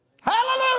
Hallelujah